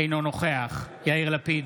אינו נוכח יאיר לפיד,